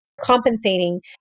compensating